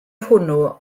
hwnnw